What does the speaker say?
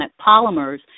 polymers